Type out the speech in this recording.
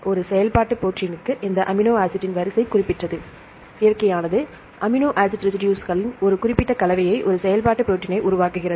ஒரு செயல்பாட்டு ப்ரோடீன்ற்கு இந்த அமினோ ஆசிட்டின் வரிசை குறிப்பிட்டது இயற்கையானது அமினோ ஆசிட் ரெசிடுஸ்களின் ஒரு குறிப்பிட்ட கலவையை ஒரு செயல்பாட்டு ப்ரோடீன் ஐ உருவாக்குகிறது